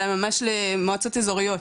אלא ממש למועצות אזוריות,